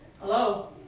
Hello